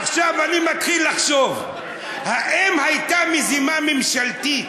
עכשיו אני מתחיל לחשוב, האם הייתה מזימה ממשלתית